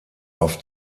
auf